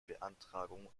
beantragung